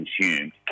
consumed